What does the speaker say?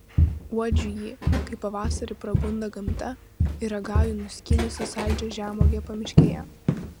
uodžiu jį kai pavasarį prabunda gamta ir ragauju nuskynusi saldžią žemuogę pamiškėje